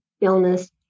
illness